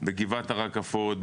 בגבעת הרקפות,